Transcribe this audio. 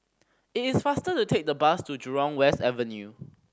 it is faster to take the bus to Jurong West Avenue